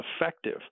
effective